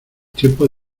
tiempos